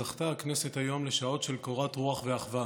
זכתה הכנסת היום לשעות של קורת רוח ואחווה